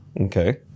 Okay